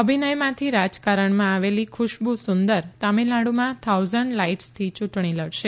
અભિનયમાંથી રાજકારણમાં આવેલી ખુશ્બુ સુંદર તામિલનાડુમાં થાઉઝન્ડ લાઇટ્સથી ચૂંટણી લડશે